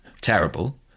terrible